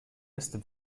ist